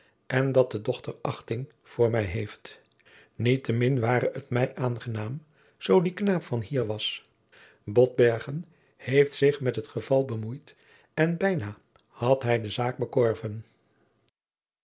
en dat de dochter achting voor mij heeft niettemin ware het mij aangenaam zoo die knaap van hier was botbergen heeft zich met het geval bemoeid en bijna had hij de zaak verkorven